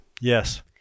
Yes